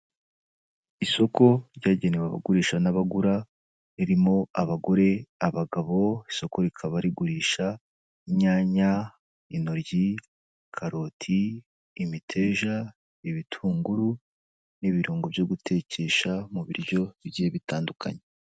Isoko ryagenewe abagurisha n'abagura ririmo abagore, abagabo, isoko rikaba rigurisha : inyanya, intoryi, karoti, imiteja, ibitunguru, n'ibirungo byo gutekesha mu biryo bigiye bitandukanye.